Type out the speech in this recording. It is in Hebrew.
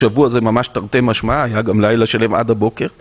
השבוע זה ממש תרתי משמעע, היה גם לילה שלם עד הבוקר